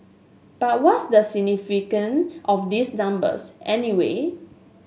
but what's the significance of these numbers anyway